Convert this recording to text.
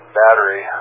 battery